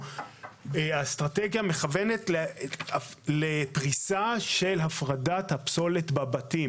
האסטרטגיה מכוונת לפריסה של הפרדת הפסולת בבתים.